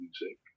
music